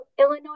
Illinois